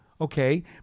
okay